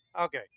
okay